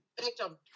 Victim